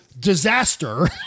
Disaster